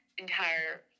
entire